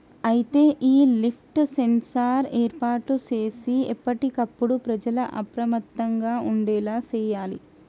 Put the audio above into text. అయితే ఈ lift sensor ఏర్పాటు సేసి ఎప్పటికప్పుడు ప్రజల అప్రమత్తంగా ఉండేలా సేయాలి